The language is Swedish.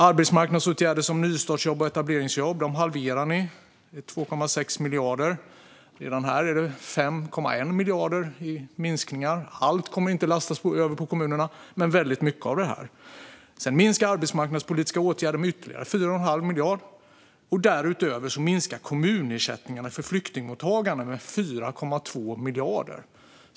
Arbetsmarknadsåtgärder som nystartsjobb och etableringsjobb halverar ni, vilket ger 2,6 miljarder. Redan här är det 5,1 miljarder i minskningar. Allt detta kommer inte att lastas över på kommunerna, men väldigt mycket. Sedan minskas arbetsmarknadspolitiska åtgärder med ytterligare 4 1⁄2 miljard, och därutöver minskar kommunersättningarna för flyktingmottagande med 4,2 miljarder.